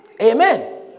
Amen